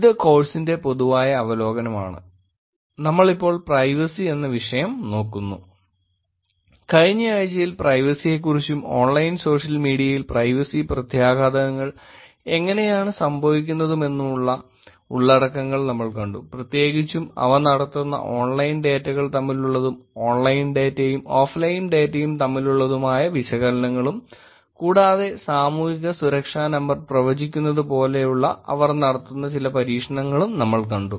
ഇത് കോഴ്സിന്റെ പൊതുവായ അവലോകനമാണ് നമ്മൾ ഇപ്പോൾ പ്രൈവസി എന്ന വിഷയം നോക്കുന്നു കഴിഞ്ഞ ആഴ്ചയിൽ പ്രൈവസിയെക്കുറിച്ചും ഓൺലൈൻ സോഷ്യൽ മീഡിയയിൽ പ്രൈവസി പ്രത്യാഘാതങ്ങൾ എങ്ങനെയാണ് സംഭവിക്കുന്നതെന്നുമുള്ള ഉള്ളടക്കങ്ങൾ നമ്മൾ കണ്ടു പ്രത്യേകിച്ചും അവ നടത്തുന്ന ഓൺലൈൻ ഡേറ്റകൾ തമ്മിലുള്ളതും ഓൺലൈൻ ഡേറ്റയും ഓഫ്ലൈൻ ഡേറ്റയും തമ്മിലുള്ളതുമായ വിശകലനങ്ങളും കൂടാതെ സാമൂഹിക സുരക്ഷാ നമ്പർ പ്രവചിക്കുന്നതു പോലെയുള്ള അവർ നടത്തുന്ന ചില പരീക്ഷണങ്ങൾ നമ്മൾ കണ്ടു